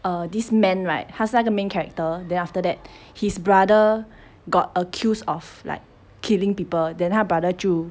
err this man like 他是那个 main character then after that his brother got accused of like killing people then 他 brother 就